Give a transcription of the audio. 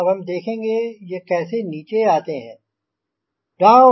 अब हम देखेंगे ये कैसे नीचे आते हैं डाउन